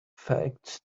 facts